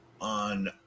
on